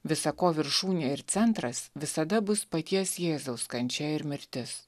visa ko viršūnė ir centras visada bus paties jėzaus kančia ir mirtis